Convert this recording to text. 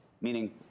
meaning